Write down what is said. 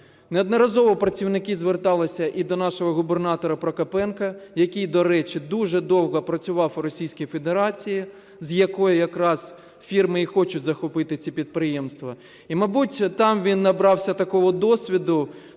Неодноразово працівники зверталися і до нашого губернатора Прокопенка, який, до речі, дуже довго працював у Російській Федерації, з якої якраз фірми і хочуть захопити ці підприємства. І, мабуть, там він набрався такого досвіду,